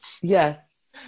Yes